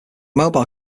mobile